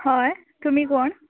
हय तुमी कोण